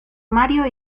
mario